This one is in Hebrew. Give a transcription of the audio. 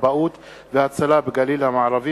לכבאות והצלה בגליל המערבי,